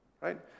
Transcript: right